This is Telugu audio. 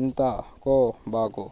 ఇంతనుకోబాకు